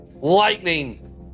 lightning